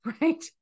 right